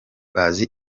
bazi